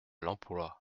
l’emploi